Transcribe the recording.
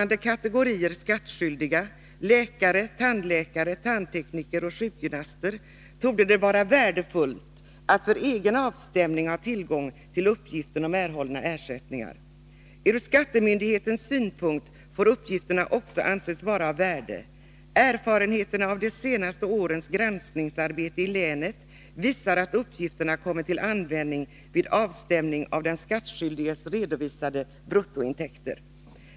niker och sjukgymnaster — torde det vara värdefullt att för egen avstämning ha tillgång till uppgiften om erhållna ersättningar. Ur skattemyndighetens synpunkt får uppgifterna också anses vara av värde. Erfarenheterna av de senaste årens granskningsarbete i länet visar att uppgifterna kommit till användning vid avstämning av den skattskyldiges redovisade bruttointäkter.